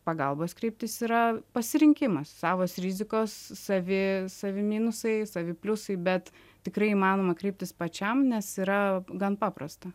pagalbos kreiptis yra pasirinkimas savos rizikos savi savi minusai savi pliusai bet tikrai įmanoma kreiptis pačiam nes yra gan paprasta